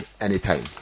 anytime